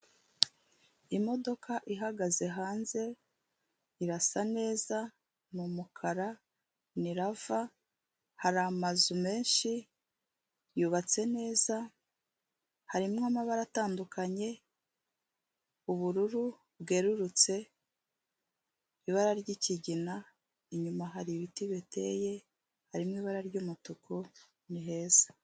Imodoka ihagaze hanze irasa neza ni umukara ni Rava hari amazu menshi yubatse neza harimo amabara atandukanye, ubururu bwerurutse, ibara ry'ikigina inyuma hari ibiti biteye harimo ibara ry'umutuku ni heza.